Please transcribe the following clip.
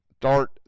start